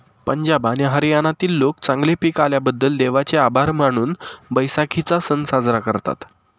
पंजाब आणि हरियाणातील लोक चांगले पीक आल्याबद्दल देवाचे आभार मानून बैसाखीचा सण साजरा करतात